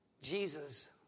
Jesus